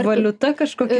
valiuta kažkokia